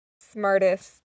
smartest